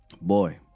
boy